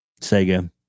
Sega